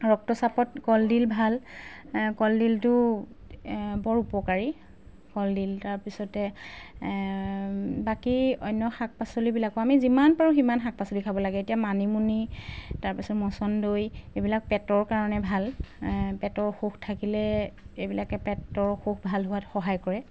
ৰক্তচাপত কলডিল ভাল কলডিলটো বৰ উপকাৰী কলডিল তাৰপিছতে বাকী অন্য শাক পাচলিবিলাকো আমি যিমান পাৰোঁ সিমান শাক পাচলি খাব লাগে এতিয়া মানিমুনি তাৰপিছত মচন্দৈ এইবিলাক পেটৰ কাৰণে ভাল পেটৰ অসুখ থাকিলে এইবিলাকে পেটৰ অসুখ ভাল হোৱাত সহায় কৰে